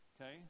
Okay